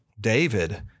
David